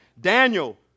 Daniel